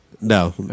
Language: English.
no